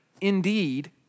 indeed